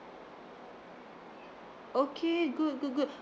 okay good good good